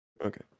okay